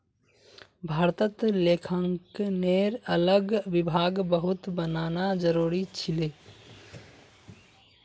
भारतत लेखांकनेर अलग विभाग बहुत बनाना जरूरी छिले